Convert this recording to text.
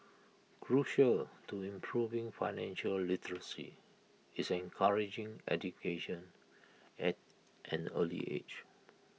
crucial to improving financial literacy is encouraging education at an early age